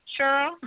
Cheryl